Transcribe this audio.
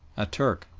a turk,